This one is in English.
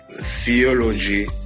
theology